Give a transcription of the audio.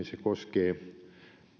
se koskee